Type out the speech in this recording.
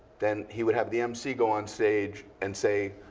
then, he would have the mc go on stage and say,